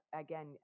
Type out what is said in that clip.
again